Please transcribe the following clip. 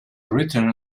written